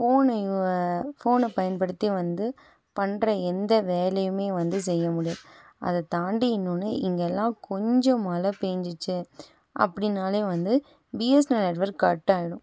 ஃபோனையோ ஃபோன பயன்படுத்தி வந்து பண்ணுற எந்த வேலையுமே வந்து செய்ய முடியாது அதை தாண்டி இன்னொன்னு இங்கயெல்லாம் கொஞ்சம் மழை பெஞ்சிச்சி அப்படினாலே வந்து பிஎஸ்னல் நெட்ஒர்க் கட் ஆகிடும்